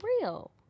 real